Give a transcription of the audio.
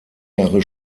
jahre